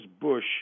Bush